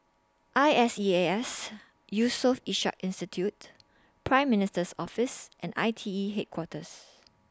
I S E A S Yusof Ishak Institute Prime Minister's Office and I T E Headquarters